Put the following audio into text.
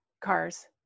cars